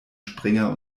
springer